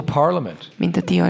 parliament